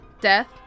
Death